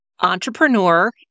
entrepreneur